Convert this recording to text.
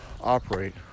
operate